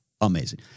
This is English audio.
amazing